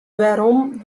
wêrom